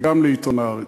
וגם לעיתון "הארץ".